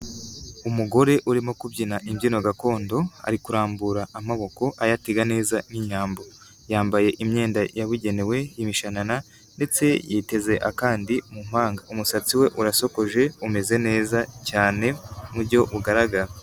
Umugore urimo kubyina imbyino gakondo, ari kurambura amaboko, ayatega neza nk'inyambo, yambaye imyenda yabugenewe y'imishanana ndetse yiteze akandi mu mpanga. Umusatsi we urasokoje umeze neza cyane mu buryo ugaragara.